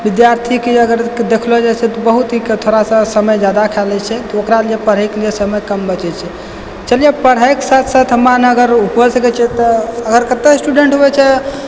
विद्यार्थीके अगर देखलो जाइ छै तऽ बहुत दिक्कत थोड़ा सा समय जादा खा लै छै ओकरा लिए पढ़ैके लिए समय कम बचै छै चलिए पढ़ाईके साथ साथ हमे आर अगर पढ़ सकै छियै तऽ आओर कते स्टुडेन्ट होइ छै